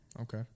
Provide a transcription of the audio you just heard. Okay